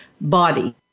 body